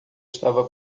estava